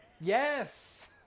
Yes